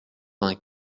vingt